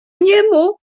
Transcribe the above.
niemu